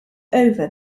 over